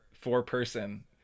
four-person